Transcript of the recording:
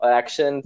action